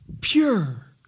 pure